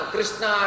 Krishna